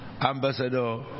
Ambassador